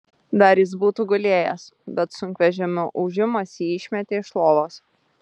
dar jis būtų gulėjęs bet sunkvežimio ūžimas jį išmetė iš lovos